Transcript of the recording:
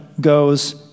goes